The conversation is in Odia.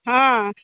ହଁ